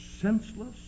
senseless